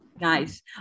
Nice